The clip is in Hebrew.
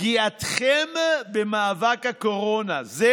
"פגיעתכם במאבק הקורונה" זה